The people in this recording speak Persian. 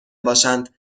باشند